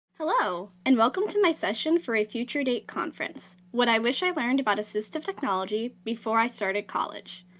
hello, and welcome to my session for a future date conference, what i wish i learned about assistive technology before i started college.